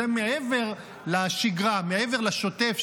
זה מעבר לשגרה, מעבר לשוטף.